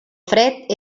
fred